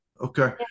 Okay